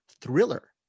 thriller